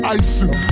icing